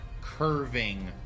curving